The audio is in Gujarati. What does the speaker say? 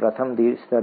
પ્રથમ દ્વિ સ્તર